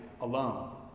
alone